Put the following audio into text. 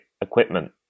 equipment